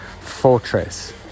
fortress